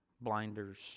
blinders